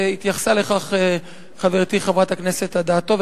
והתייחסה לכך חברתי חברת הכנסת אדטו.